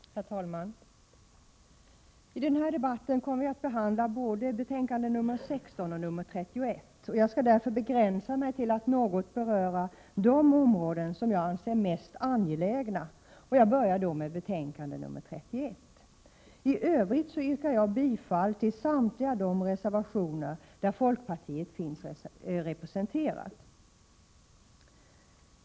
Herr talman! I denna debatt kommer vi att behandla både betänkande nr 16 och betänkande nr 31 från utbildningsutskottet. Jag skall därför begränsa mig till att något beröra de områden jag anser mest angelägna och börjar då med betänkande nr 31. I övrigt yrkar jag bifall till samtliga de reservationer där folkpartiet finns representerat.